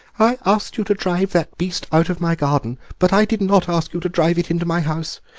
i asked you to drive that beast out of my garden, but i did not ask you to drive it into my house.